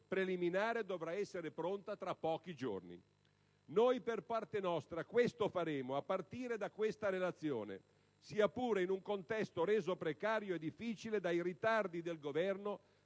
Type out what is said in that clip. preliminare dovrà essere pronta tra pochi giorni. Noi, per parte nostra, questo faremo, a partire da questa relazione, sia pure in un contesto reso precario e difficile dai ritardi del Governo